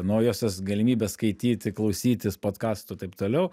naujosios galimybės skaityti klausytis podkastų taip toliau